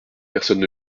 personne